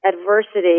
adversity